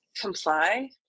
comply